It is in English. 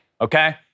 Okay